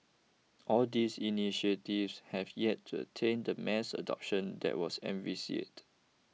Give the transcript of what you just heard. all these initiatives have yet to attain the mass adoption that was envisaged